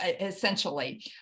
essentially